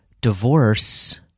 divorce